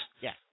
Yes